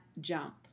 jump